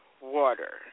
water